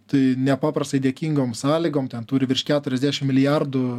tai nepaprastai dėkingom sąlygom ten turi virš keturiasdešim milijardų